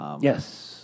Yes